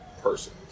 person